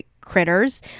critters